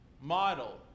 model